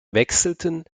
wechselten